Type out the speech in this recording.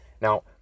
now